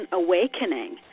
awakening